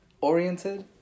oriented